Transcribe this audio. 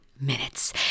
minutes